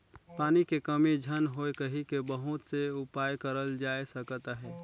पानी के कमी झन होए कहिके बहुत से उपाय करल जाए सकत अहे